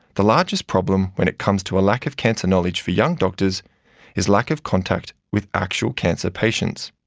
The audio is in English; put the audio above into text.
the largest problem when it comes to a lack of cancer knowledge for young doctors is lack of contact with actual cancer patients.